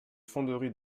fonderies